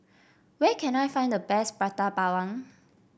where can I find the best Prata Bawang